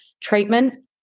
treatment